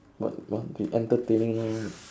what what be entertaining no right